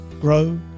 grow